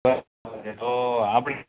બસ તો આપણે